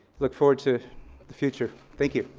look forward to the future. thank you.